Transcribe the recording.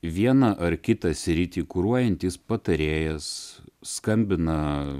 vieną ar kitą sritį kuruojantis patarėjas skambina